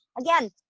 again